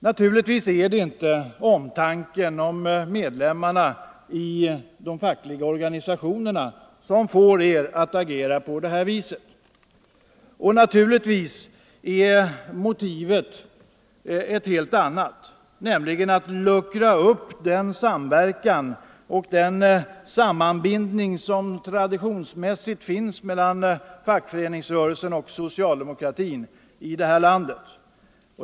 Naturligtvis är det inte omtanken om medlemmarna i de fackliga organisationerna som får er att agera på det här viset. Och naturligtvis är motivet ett helt annat, nämligen att luckra upp den samverkan och den sammanbindning som traditionsmässigt finns mellan fackföreningsrörelsen och socialdemokratin i det här landet.